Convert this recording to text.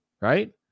Right